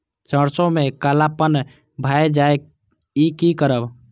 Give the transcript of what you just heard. सरसों में कालापन भाय जाय इ कि करब?